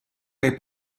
nei